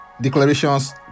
declarations